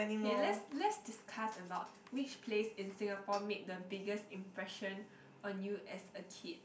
kay let's let's discuss about which place in Singapore made the biggest impression on you as a kid